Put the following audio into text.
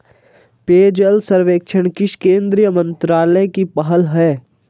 पेयजल सर्वेक्षण किस केंद्रीय मंत्रालय की पहल है?